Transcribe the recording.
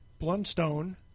blundstone